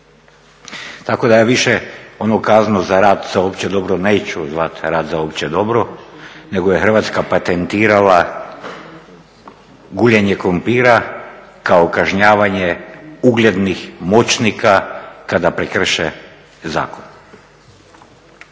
Tako da ja više onu kaznu za rad za opće dobro neću zvati rad za opće dobro nego je Hrvatska patentirala guljenje krumpira kao kažnjavanje uglednih moćnika kada prekrše zakon.